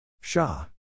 Shah